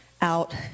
out